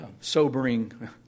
sobering